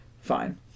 fine